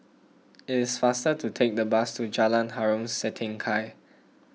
it is faster to take the bus to Jalan Harom Setangkai